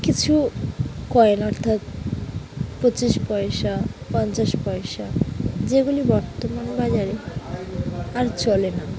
কিছু কয়েন অর্থাৎ পঁচিশ পয়সা পঞ্চাশ পয়সা যেগুলি বর্তমান বাজারে আর চলে না